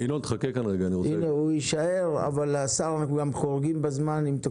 השר, אנחנו חורגים מהזמן.